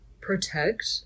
protect